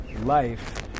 life